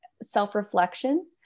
self-reflection